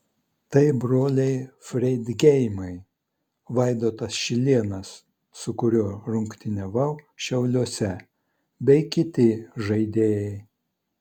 tai broliai freidgeimai vaidotas šilėnas su kuriuo rungtyniavau šiauliuose bei kiti žaidėjai